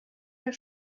der